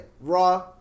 Raw